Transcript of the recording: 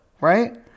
right